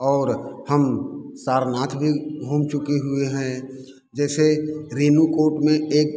और हम सारनाथ भी घूम चुके हुए हैं जैसे रेणूकूट में एक